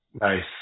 Nice